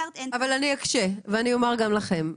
אני אקשה ואני אומר גם לכם.